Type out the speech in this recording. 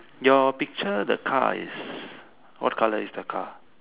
your picture the car is what color is the car